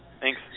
Thanks